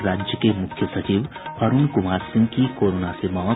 और राज्य के मुख्य सचिव अरुण कुमार सिंह की कोरोना से मौत